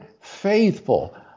faithful